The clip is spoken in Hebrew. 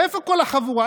איפה כל החבורה?